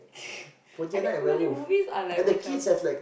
I guess malay movies are like macam